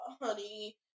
honey